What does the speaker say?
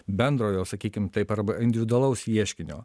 bendrojo sakykim taip arba individualaus ieškinio